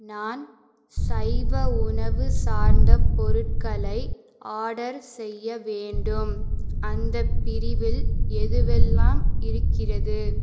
நான் சைவ உணவு சார்ந்த பொருட்களை ஆர்டர் செய்ய வேண்டும் அந்தப் பிரிவில் எதுவெல்லாம் இருக்கிறது